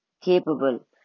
capable